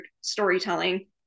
storytelling